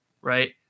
right